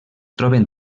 troben